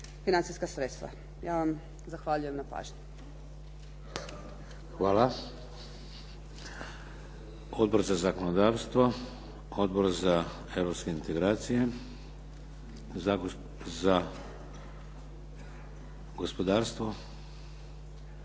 financijska sredstva. Ja vam zahvaljujem na pažnji. **Šeks, Vladimir (HDZ)** Hvala. Odbor za zakonodavstvo, Odbor za europske integracije, za gospodarstvo.